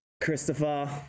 Christopher